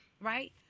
right